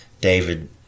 David